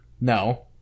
No